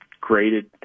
graded